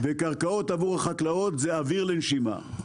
וקרקעות עבור חקלאות זה אוויר לנשימה,